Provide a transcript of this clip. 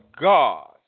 God